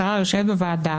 השתלטת